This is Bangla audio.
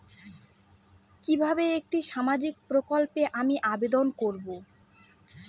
কিভাবে একটি সামাজিক প্রকল্পে আমি আবেদন করব?